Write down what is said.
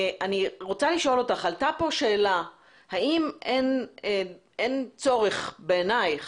אני רוצה לשאול אותך עלתה פה שאלה האם אין צורך בעינייך